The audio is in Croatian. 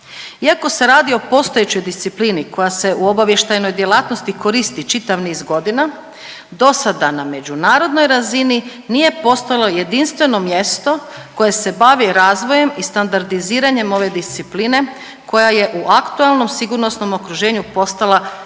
Iako se radi o postojećoj disciplini koja se u obavještajnoj djelatnosti koristi čitav niz godina dosada na međunarodnoj razini nije postojalo jedinstveno mjesto koje se bavi razvojem i standardiziranjem ove discipline koja je u aktualnom sigurnosnom okruženju postala neizmjerno